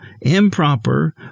improper